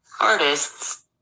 artists